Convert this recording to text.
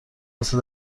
واسه